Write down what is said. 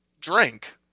drink